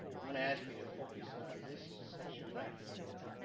wanna ask you to focus on this section right here.